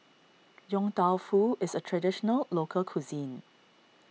Yong Tau Foo is a Traditional Local Cuisine